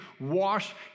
wash